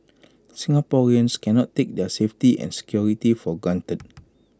Singaporeans cannot take their safety and security for granted